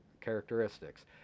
characteristics